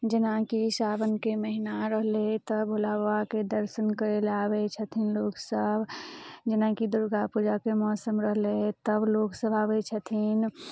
जेनाकि सावनके महिना रहलै तऽ भोला बाबाके दर्शन करै लए आबै छथिन लोक सब जेनाकि दुर्गा पूजाके मौसम रहलै तब लोक सभ आबै छथिन